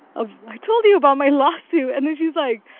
ah i told you about my lawsuit. and then she's like,